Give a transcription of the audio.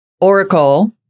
Oracle